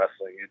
wrestling